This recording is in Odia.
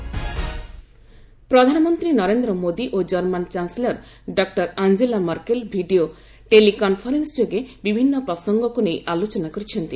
ପିଏମ୍ ମର୍କେଲ୍ ପ୍ରଧାନମନ୍ତ୍ରୀ ନରେନ୍ଦ୍ର ମୋଦୀ ଓ ଜର୍ମାନୀ ଚାନ୍ସେଲର ଡକୁର Angela Merkel video teleconference ଯୋଗେ ବିଭିନ୍ନ ପ୍ରସଙ୍ଗକୁ ନେଇ ଆଲୋଚନା କରିଛନ୍ତି